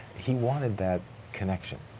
he wanted that connection.